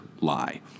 lie